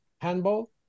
handball